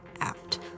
out